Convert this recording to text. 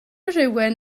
rhywun